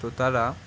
তারা